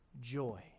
joy